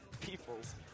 Peoples